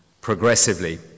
progressively